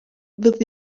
with